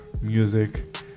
music